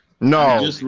No